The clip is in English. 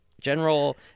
general